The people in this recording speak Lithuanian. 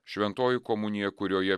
šventoji komunija kurioje